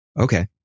Okay